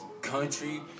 country